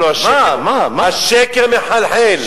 הלוא השקר מחלחל.